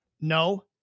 No